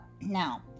Now